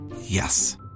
Yes